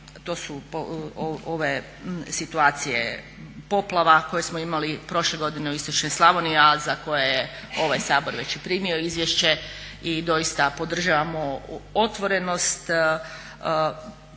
to su ove situacije poplava koje smo imali prošle godine u istočnoj Slavoniji, a za koje je ovaj Sabor već i primio izvješće i doista podržavamo otvorenost